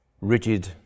rigid